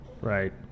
Right